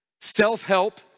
self-help